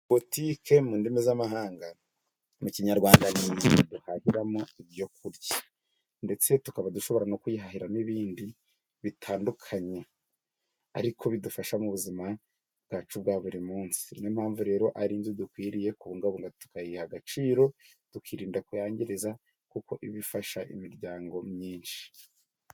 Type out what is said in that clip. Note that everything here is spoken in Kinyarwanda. Botiki mu ndimi z'amahanga mu kinyarwanda ni inzu duhahiramo ibyo kurya ndetse tukaba dushobora no kwihahira n'ibindi bitandukanye , ariko bidufasha mu buzima bwacu bwa buri munsi niyo mpamvu rero ari inzu dukwiriye kubungabunga tukayiha agaciro tukirinda kuyangiriza kuko ibifasha imiryango myinshi.